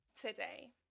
Today